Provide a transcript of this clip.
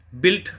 built